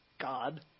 God